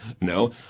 no